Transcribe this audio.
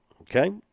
Okay